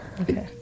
Okay